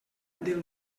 del